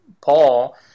Paul